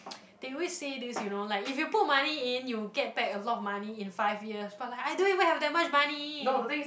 they always say this you know like if you put money in you will get back a lot of money in five years but I don't even have that much money